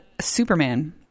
superman